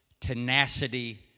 tenacity